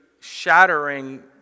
shattering